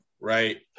right